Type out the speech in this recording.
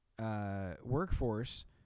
workforce